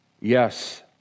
yes